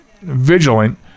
vigilant